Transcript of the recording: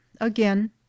again